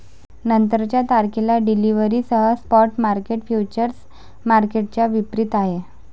नंतरच्या तारखेला डिलिव्हरीसह स्पॉट मार्केट फ्युचर्स मार्केटच्या विपरीत आहे